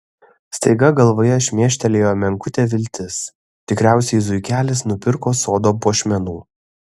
staiga galvoje šmėkštelėjo menkutė viltis tikriausiai zuikelis nupirko sodo puošmenų